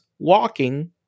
walking